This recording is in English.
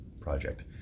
project